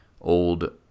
old